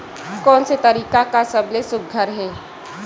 कोन से तरीका का सबले सुघ्घर हे?